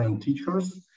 teachers